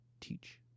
teach